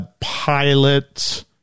pilot